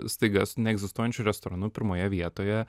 staiga su neegzistuojančiu restoranu pirmoje vietoje